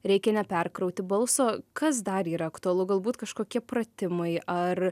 reikia neperkrauti balso kas dar yra aktualu galbūt kažkokie pratimai ar